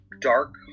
dark